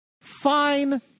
Fine